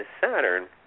Saturn